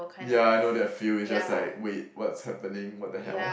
yeah I know that feel it's just like wait what's happening what the hell